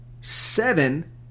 seven